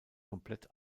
komplett